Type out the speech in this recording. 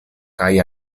kaj